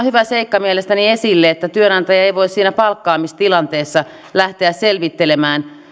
hyvä seikka esille että työnantaja ei voi siinä palkkaamistilanteessa lähteä selvittelemään